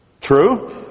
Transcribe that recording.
True